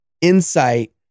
insight